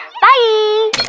Bye